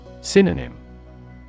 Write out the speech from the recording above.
Synonym